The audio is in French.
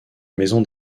maison